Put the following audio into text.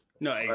no